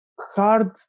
hard